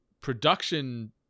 production